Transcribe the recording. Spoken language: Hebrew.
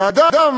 לאדם